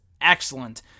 excellent